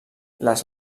les